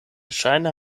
ŝajne